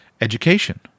Education